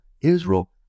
Israel